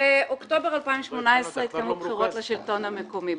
באוקטובר 2018 התקיימו בחירות בכלל הרשויות המקומיות.